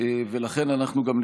לכן אנחנו גם,